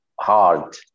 hard